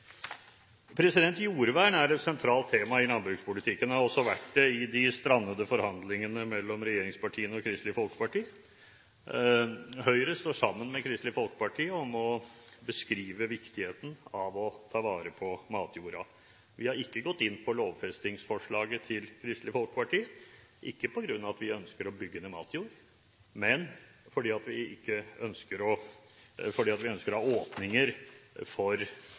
Jordvern er et sentralt tema i landbrukspolitikken og har også vært det i de strandede forhandlingene mellom regjeringspartiene og Kristelig Folkeparti. Høyre står sammen med Kristelig Folkeparti om å beskrive viktigheten av å ta vare på matjorden. Vi har ikke gått inn på lovfestingsforslaget til Kristelig Folkeparti – ikke på grunn av at vi ønsker å bygge ned matjord, men fordi vi ønsker å